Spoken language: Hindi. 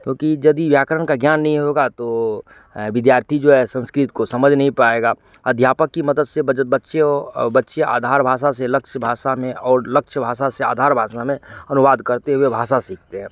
क्योंकि यदी व्याकरण का ज्ञान नहीं होगा तो विद्यार्थी जो है संस्कृत को समझ नहीं पाएगा अध्यापक की मदद से ब बच्चे और बच्चे आधार भाषा से लक्ष्य भाषा में और लक्ष्य भाषा से आधार भाषा में अनुवाद करते हुए भाषा सीखते हैं